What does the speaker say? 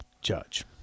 judge